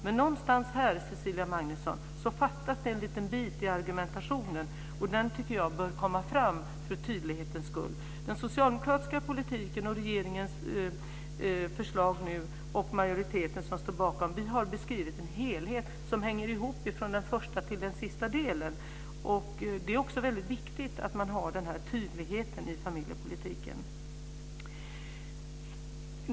Men någonstans här, Cecilia Magnusson, fattas det en liten del i argumentationen och den tycker jag bör komma fram för tydlighetens skull. Den socialdemokratiska politiken och regeringens förslag och den majoritet som står bakom har beskrivit en helhet som hänger ihop från den första till den sista delen. Det är viktigt att man har denna tydlighet i familjepolitiken.